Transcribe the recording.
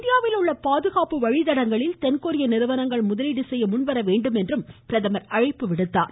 இந்தியாவில் உள்ள பாதுகாப்பு வழித்தடங்களில் தென்கொரிய நிறுவனங்கள் முதலீடு செய்ய முன்வர வேண்டும் என்றும் பிரதமர் அழைப்பு விடுத்தார்